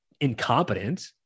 incompetent